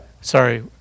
Sorry